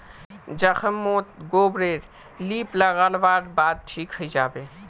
जख्म मोत गोबर रे लीप लागा वार बाद ठिक हिजाबे